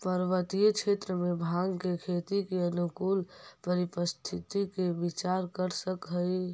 पर्वतीय क्षेत्र में भाँग के खेती के अनुकूल परिस्थिति के विचार कर सकऽ हई